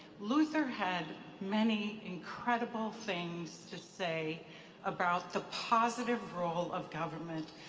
luther had many incredible things to say about the positive role of government,